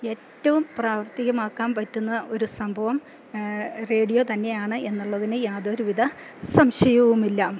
ഏറ്റവും പ്രാവർത്തികമാക്കാൻ പറ്റുന്ന ഒരു സംഭവം റേഡിയോ തന്നെയാണെന്നുള്ളതിന് യാതൊരുവിധ സംശയവുമില്ല